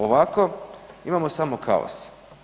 Ovako imamo samo kaos.